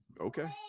okay